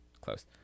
Close